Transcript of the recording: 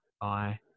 bye